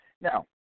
Now